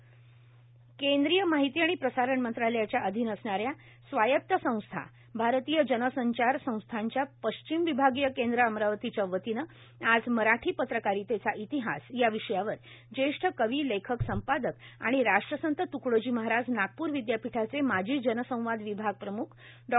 मराठी पत्रकारितेचा इतिहास केंद्रीय माहिती आणि प्रसारण मंत्रालयाच्या अधीन असणाऱ्या स्वायत्त संस्था भारतीय जन संचार संस्थानच्या पश्चिम विभागीय केंद्र अमरावतीच्या वतीन आज मराठी पत्रकारितेचा इतिहास या विषयावर ज्येष्ठ कवी लेखक संपादक आणि राष्ट्रसंत त्कडोजी महाराज नागपूर विद्यापीठाचे माजी जनसंवाद विभाग प्रम्ख डॉ